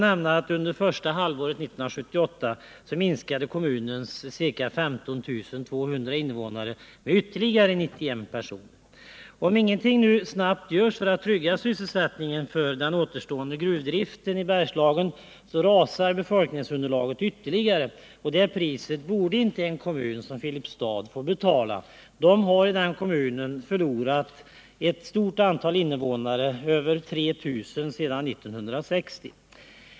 Under det första halvåret 1978 minskade kommunens folkmängd, ca 15 200 invånare, med ytterligare 91 personer. Om ingenting snart görs för att trygga sysselsättningen inom den återstående gruvindustrin i Bergslagen, rasar befolkningsunderlaget ytterligare, och det priset borde inte en kommun som Filipstad få betala. Denna kommun har förlorat ett stort antal invånare, mer än 3 000, sedan 1960.